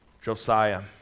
Josiah